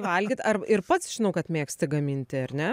valgyt ar ir pats žinau kad mėgsti gaminti ar ne